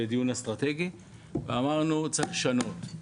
בדיון אסטרטגי ואמרנו: צריך לשנות.